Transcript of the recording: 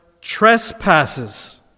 trespasses